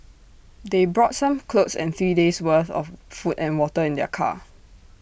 they brought some clothes and three days worth of food and water in their car